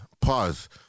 Pause